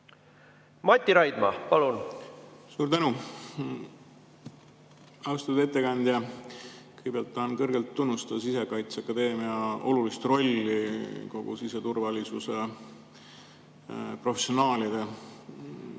Mati Raidma, palun! Suur tänu! Austatud ettekandja! Kõigepealt tahan kõrgelt tunnustada Sisekaitseakadeemia olulist rolli kogu siseturvalisuse professionaalide